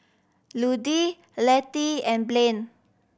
Ludie Lettie and Blain